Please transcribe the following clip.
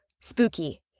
spooky